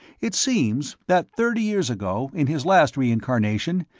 it seems that thirty years ago, in his last reincarnation,